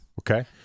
Okay